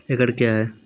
एकड कया हैं?